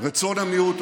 רצון המיעוט,